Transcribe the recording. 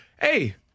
hey